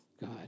God